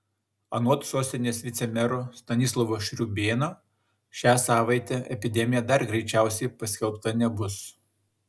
anot sostinės vicemero stanislovo šriūbėno šią savaitę epidemija dar greičiausiai paskelbta nebus